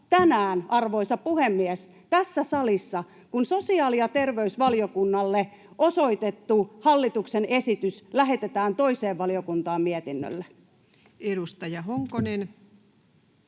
salissa, arvoisa puhemies, kun sosiaali- ja terveysvaliokunnalle osoitettu hallituksen esitys lähetetään toiseen valiokuntaan mietinnölle. [Speech